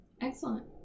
Excellent